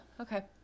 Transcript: Okay